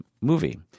movie